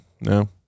no